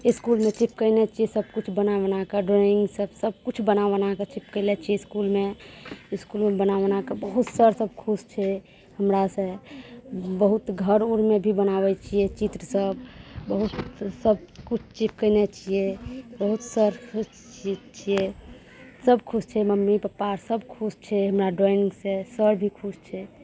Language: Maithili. इसकुलमे चिपकयने छियै सब किछु बना बना कऽ ड्राइङ्ग सब सब किछु बना बना कऽ चिपकयले छियै इसकुलमे इसकुलमे बना बना कऽ बहुत सर सब खुश छै हमरासँ बहुत घर ओरमे भी बनाबै छियै चित्र सब बहुत सब किछु चिपकयने छियै बहुत सर खुश ठीक छियै सब खुश छै मम्मी पप्पा सब खुश छै हमरा ड्राइङ्गसँ सर भी खुश छै